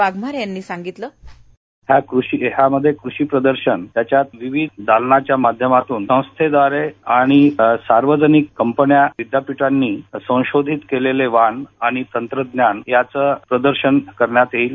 वाघमारे यांनी सांगितलं या कृषी मेळाव्यामध्ये कृषी प्रदर्शन त्याच्यात विविध दालनाच्या माध्यमातून संस्थेद्वारे आणि सार्वजनिक कंपन्या विद्यापीठांनी संशोधीत केलेले वाहनं आणि तंत्रज्ञान याचा प्रदर्शन करण्यात येईल